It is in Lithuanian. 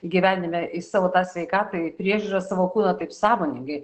gyvenime į savo tą sveikatą į priežiūrą savo kūno taip sąmoningai